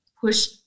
push